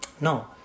No